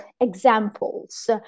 examples